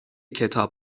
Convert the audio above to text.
کتاب